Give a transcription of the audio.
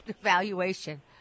evaluation